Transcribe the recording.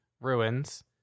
ruins